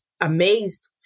amazed